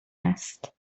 است